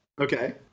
Okay